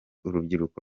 urubyiruko